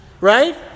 Right